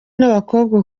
n’abakobwa